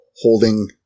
holding